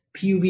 PUB